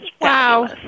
wow